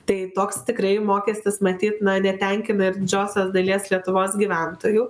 tai toks tikrai mokestis matyt na netenkina ir didžiosios dalies lietuvos gyventojų